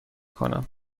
کنم